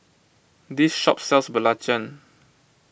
this shop sells Belacan